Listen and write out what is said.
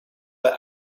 the